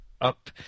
up